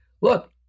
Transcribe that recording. Look